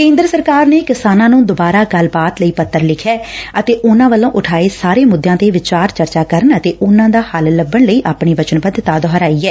ਕੇਂਦਰ ਸਰਕਾਰ ਨੇ ਕਿਸਾਨਾਂ ਨੂੰ ਦੁਬਾਰਾ ਗੱਲਬਾਤ ਲਈ ਪੱਤਰ ਲਿਖਿਐ ਅਤੇ ਉਨੂਾਂ ਵੱਲੋਂ ਉਠਾਏ ਸਾਰੇ ਮੁੱਦਿਆਂ ਤੇ ਵਿਚਾਰ ਚਰਚਾ ਕਰਨ ਅਤੇ ਉਨੂਾਂ ਹੱਲ ਲੱਭਣ ਲਈ ਆਪਣੀ ਵਚਨਬੱਧਤਾ ਦੋਹਰਾਈ ਐ